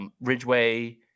Ridgeway